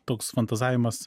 toks fantazavimas